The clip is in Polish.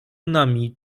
nami